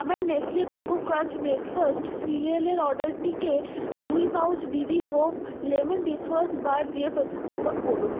আমার Nestle Koko Krunch breakfast সিরিয়ালের অর্ডারটিকে দুই pouch BB home lemon dish wash bar দিয়ে প্রতিস্থাপন করুন